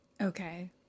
Okay